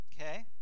okay